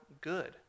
good